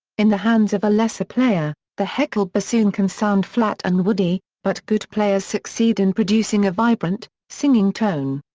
in the hands of a lesser player, the heckel bassoon can sound flat and woody, but good players succeed in producing a vibrant, singing tone.